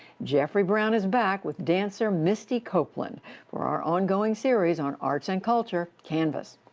jeffrey brown is back with dancer misty copeland for our ongoing series on arts and culture, canvas.